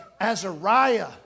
Azariah